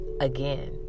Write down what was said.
Again